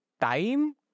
time